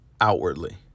outwardly